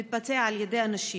מתבצע על ידי אנשים.